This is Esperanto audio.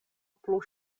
plu